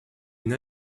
une